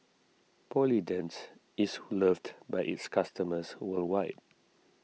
Polident is loved by its customers worldwide